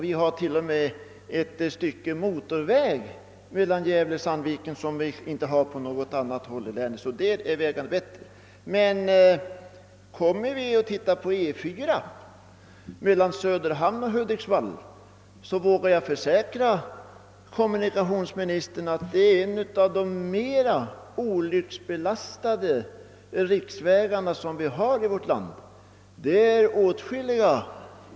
Vi har till och med en bit motorväg, nämligen mellan Gävle och Sandviken och därför är Gävle en bra lokaliseringsort. Men jag kan försäkra kommunikationsministern att E 4:an mellan Söderhamn och Hudiksvall är en av de mest olycksbelastade vägar vi har här i landet.